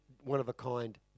one-of-a-kind